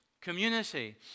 community